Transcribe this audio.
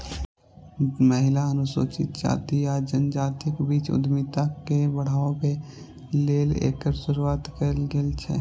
महिला, अनुसूचित जाति आ जनजातिक बीच उद्यमिता के बढ़ाबै लेल एकर शुरुआत कैल गेल छै